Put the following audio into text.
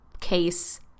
case